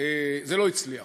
זה לא הצליח.